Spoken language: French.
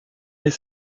est